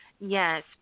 Yes